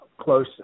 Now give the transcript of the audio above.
close